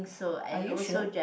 are you sure